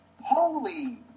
holy